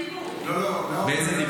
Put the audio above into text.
עליזה,